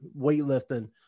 weightlifting